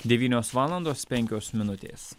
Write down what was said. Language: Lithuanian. devynios valandos penkios minutės